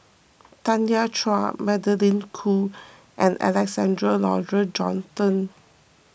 Tanya Chua Magdalene Khoo and Alexander Laurie Johnston